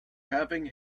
having